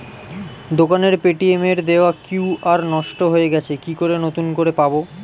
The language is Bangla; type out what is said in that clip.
দোকানের পেটিএম এর দেওয়া কিউ.আর নষ্ট হয়ে গেছে কি করে নতুন করে পাবো?